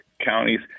counties